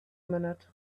minute